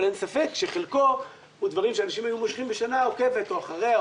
אבל אין ספק שחלקו דברים שאנשים היו מושכים בשנה עוקבת או אחריה,